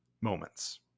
moments